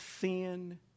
sin